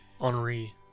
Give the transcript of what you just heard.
Henri